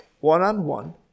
one-on-one